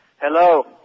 Hello